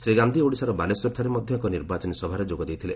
ଶ୍ରୀ ଗାନ୍ଧି ଓଡ଼ିଶାର ବାଲେଶ୍ୱରଠାରେ ମଧ୍ୟ ଏକ ନିର୍ବାଚନୀ ସଭାରେ ଯୋଗ ଦେଇଥିଲେ